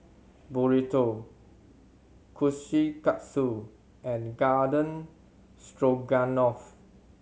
Burrito Kushikatsu and Garden Stroganoff